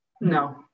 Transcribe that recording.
no